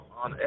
on